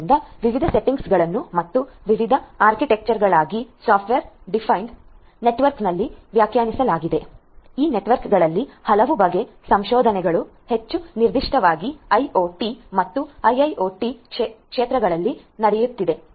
ಆದ್ದರಿಂದ ವಿವಿಧ ಸೆಟ್ಟಿಂಗ್ಗಳನ್ನು ಮತ್ತು ವಿವಿಧ ಆರ್ಕಿಟೆಕ್ಚರುಗಳಿಗಾಗಿ ಸಾಫ್ಟ್ವೇರ್ ವ್ಯಾಖ್ಯಾನಿಸಲಾಗಿದೆ SD ನೆಟ್ವರ್ಕ್ಗಳಲ್ಲಿ ಹಲವು ಬಗೆಯ ಸಂಶೋಧನೆಗಳು ಹೆಚ್ಚು ನಿರ್ದಿಷ್ಟವಾಗಿ IoT ಮತ್ತು IIoT ಕ್ಷೆತ್ರಗಳ್ಳಲಿ ನಡೆಯುತ್ತಿದೆ